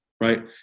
right